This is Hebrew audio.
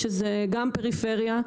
שזה גם פריפריה,